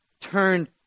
turned